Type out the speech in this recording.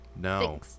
No